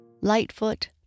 Lightfoot